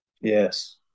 yes